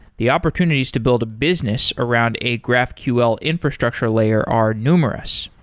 the opportunities to build a business around a graphql infrastructure layer are numerous.